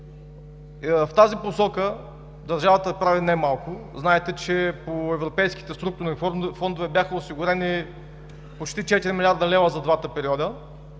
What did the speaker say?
В тази посока държавата прави немалко. Знаете, че по европейските структурни фондове бяха осигурени почти 4 млрд. лв. за двата периода.